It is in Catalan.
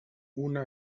una